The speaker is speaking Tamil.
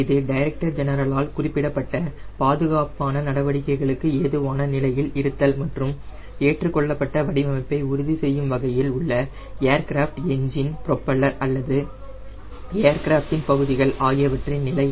இது டைரக்டர் ஜெனரல் ஆல் குறிப்பிடப்பட்ட பாதுகாப்பான நடவடிக்கைகளுக்கு ஏதுவான நிலையில் இருத்தல் மற்றும் ஏற்றுக்கொள்ளப்பட்ட வடிவமைப்பை உறுதி செய்யும் வகையில் உள்ள ஏர்கிராஃப்ட் என்ஜின் ப்ரொபல்லர் அல்லது ஏர்கிராப்ஃடின் பகுதிகள் ஆகியவற்றின் நிலை